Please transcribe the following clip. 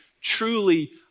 truly